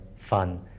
fun